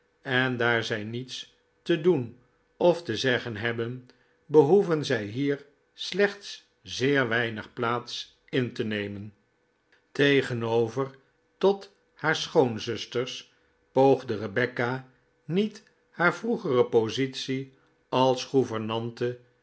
en daar zij niets te doen of te zeggen hebben behoeven zij hier slechts zeer weinig plaats in te nemen tegenover tot haar schoonzusters poogde rebecca niet haar vroegere positie als gouvernante